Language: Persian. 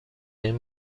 این